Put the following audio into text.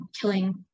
killing